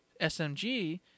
SMG